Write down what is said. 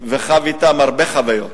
וחווה אתם הרבה חוויות,